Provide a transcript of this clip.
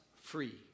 free